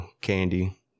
Candy